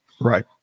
right